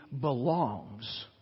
belongs